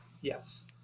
yes